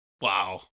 Wow